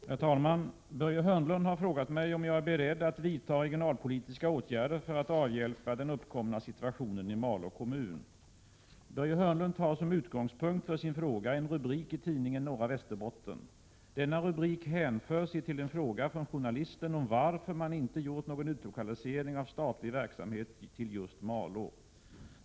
Herr talman! Börje Hörnlund har frågat mig om jag är beredd att vidta regionalpolitiska åtgärder för att avhjälpa den uppkomna situationen i Malå kommun. Börje Hörnlund tar som utgångspunkt för sin fråga en rubrik i tidningen Norra Västerbotten. Denna rubrik hänför sig till en fråga från journalisten om varför man inte gjort någon utlokalisering av statlig verksamhet till just Malå.